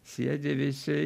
sėdi visi